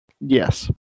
Yes